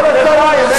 לחיים.